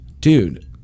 Dude